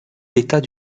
l’état